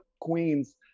queens